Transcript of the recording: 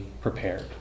prepared